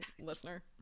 listener